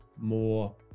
more